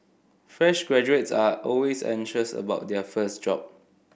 fresh graduates are always anxious about their first job